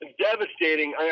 devastating